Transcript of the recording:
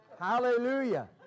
Hallelujah